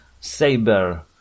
saber